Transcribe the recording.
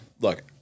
look